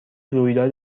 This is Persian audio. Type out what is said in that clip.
رویداد